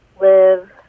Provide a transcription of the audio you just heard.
live